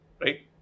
right